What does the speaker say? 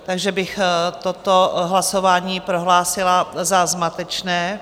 Takže bych toto hlasování prohlásila za zmatečné.